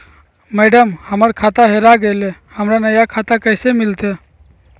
madam, हमर खाता हेरा गेलई, हमरा नया खाता कैसे मिलते